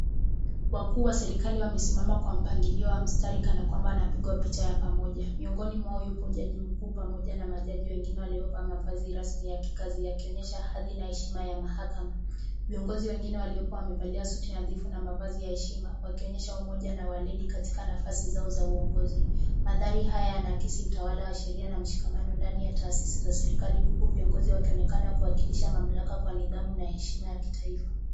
Wakuu wa serikali wamesimama kwa mpangilio wa mistari kana kwamba wanapigwa picha ya pamoja. Miongoni mwao yupo jaji mkuu pamoja na majaji wengine waliovaa mavazi rasmi ya kikazi yakionyesha hadhi na heshima ya mahakama. Viongozi wengine waliopo wamevalia suti nadhifu na mavazi ya heshima wakionyesha umoja na waledi katika nafasi zao za uongozi. Maandhari haya yanaakisi utawala wa sheria na mshikamano ndani ya taasisi za serikali huku viongozi wakionekana kuwakilisha mamlaka kwa nidhamu na heshima ya kitaifa.